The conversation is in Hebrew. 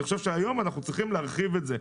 חושב שהיום אנחנו צריכים להרחיב את זה.